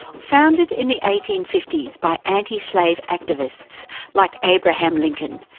founded in the eighteen fifty s by anti-slave activists like abraham lincoln,